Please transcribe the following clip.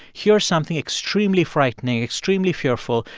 here is something extremely frightening, extremely fearful.